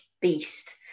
beast